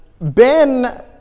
Ben